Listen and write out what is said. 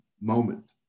moment